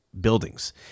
buildings